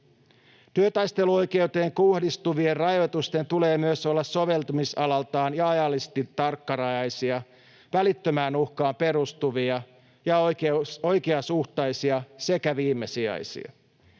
Työtaisteluoikeuteen kohdistuvien rajoitusten tulee myös olla soveltumisalaltaan ja ajallisesti tarkkarajaisia, välittömään uhkaan perustuvia ja oikeasuhtaisia sekä viimesijaisia.